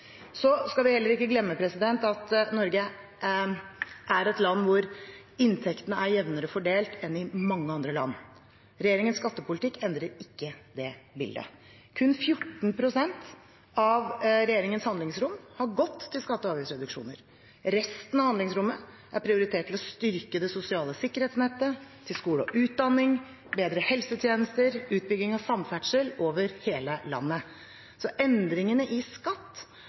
Så skal vi heller ikke glemme at Norge er et land hvor inntektene er jevnere fordelt enn i mange andre land. Regjeringens skattepolitikk endrer ikke det bildet. Kun 14 pst. av regjeringens handlingsrom har gått til skatte- og avgiftsreduksjoner. Resten av handlingsrommet er prioritert til å styrke det sosiale sikkerhetsnettet, til skole og utdanning, til bedre helsetjenester og utbygging av samferdsel over hele landet. Endringene i skatt